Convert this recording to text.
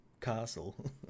Castle